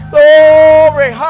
Glory